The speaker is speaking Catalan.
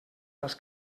dels